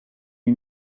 you